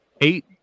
eight